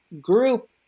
group